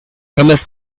ramasse